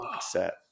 set